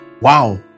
Wow